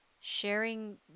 sharing